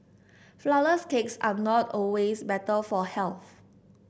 flourless cakes are not always better for health